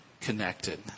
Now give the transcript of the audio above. connected